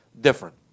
different